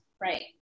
Right